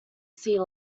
sea